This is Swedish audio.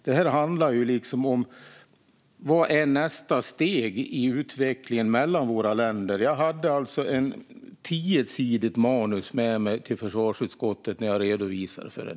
Det handlar om vad som är nästa steg i utvecklingen mellan våra länder. Jag hade ett tiosidigt manus med mig till försvarsutskottet när jag redovisade detta.